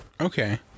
Okay